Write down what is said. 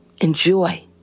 Enjoy